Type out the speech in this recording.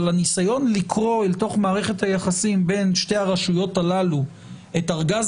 אבל הניסיון לקרוא אל תוך מערכת היחסים בין שתי הרשויות הללו את ארגז